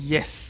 Yes